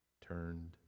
turned